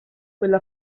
quella